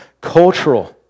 cultural